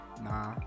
Nah